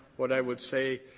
what i would say,